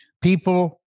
People